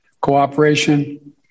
cooperation